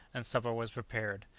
and supper was prepared.